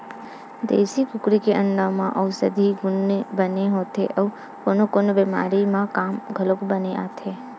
देसी कुकरी के अंडा म अउसधी गुन बने होथे अउ कोनो कोनो बेमारी म काम घलोक बने आथे